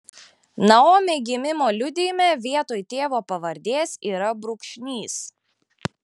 naomi gimimo liudijime vietoj tėvo pavardės yra brūkšnys